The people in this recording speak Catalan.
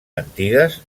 antigues